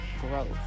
growth